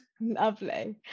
Lovely